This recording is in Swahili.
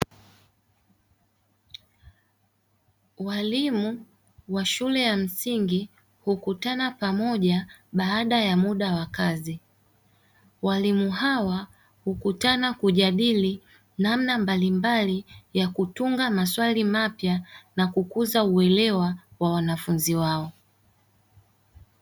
Walimu wa shule ya msingi hukutana pamoja baada ya muda wa kazi, walimu hawa hukutana kujadili namna mbalimbali ya kutunga maswali mapya na kukuza uelewa wa wanafunzi wao.